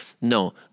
no